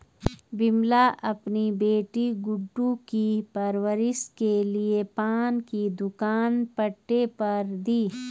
विमला अपनी बेटी गुड्डू की परवरिश के लिए पान की दुकान पट्टे पर दी